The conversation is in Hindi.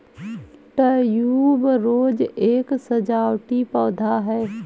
ट्यूबरोज एक सजावटी पौधा है